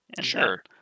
Sure